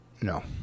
No